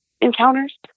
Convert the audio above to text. encounters